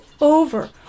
over